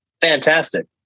fantastic